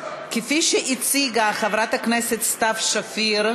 כפי שהציגה חברת הכנסת סתיו שפיר.